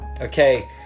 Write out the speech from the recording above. Okay